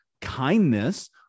kindness